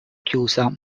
chiusa